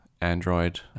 Android